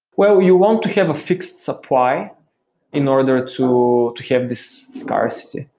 well, you want to have a fixed supply in order to have this scarcity.